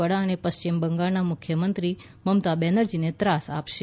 વડા અને પશ્ચિમ બંગાળના મુખ્યમંત્રી મમતા બેનર્જીને ત્રાસ આપશે